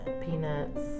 peanuts